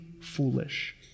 foolish